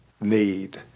need